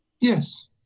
Yes